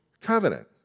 covenant